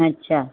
अच्छा